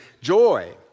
joy